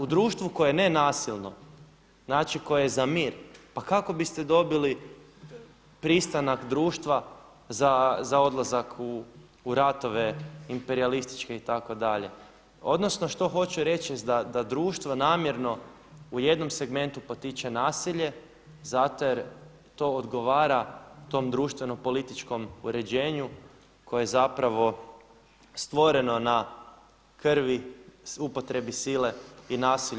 U društvu koje je nenasilno, znači koje je za mir pa kako biste dobili pristanak društva za odlazak u ratove imperijalističke itd. odnosno što hoću reći da društvo namjerno u jednom segmentu potiče nasilje zato jer to odgovara tom društveno-političkom uređenju koje je zapravo stvoreno na krvi, upotrebi sile i nasilju.